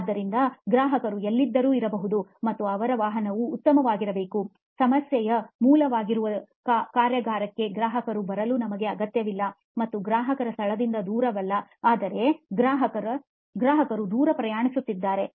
ಆದ್ದರಿಂದ ಗ್ರಾಹಕರು ಎಲ್ಲಿದ್ದರೂ ಇರಬಹುದು ಮತ್ತು ಅವರ ವಾಹನವು ಉತ್ತಮವಾಗಿರಬಹುದು ಸಮಸ್ಯೆಯ ಮೂಲವಾಗಿರುವ ಕಾರ್ಯಾಗಾರಕ್ಕೆ ಗ್ರಾಹಕರು ಬರಲು ನಮಗೆ ಅಗತ್ಯವಿಲ್ಲ ಮತ್ತು ಇದು ಗ್ರಾಹಕರ ಸ್ಥಳದಿಂದ ದೂರವಲ್ಲ ಆದರೆ ಗ್ರಾಹಕರು ದೂರ ಪ್ರಯಾಣಿಸುತ್ತಾರೆ